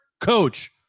coach